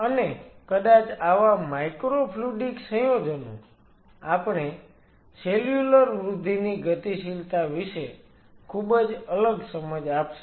અને કદાચ આવા માઈક્રોફ્લુઈડિક સંયોજનો આપણે સેલ્યુલર વૃદ્ધિની ગતિશીલતા વિશે ખૂબ જ અલગ સમજ આપશે